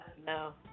No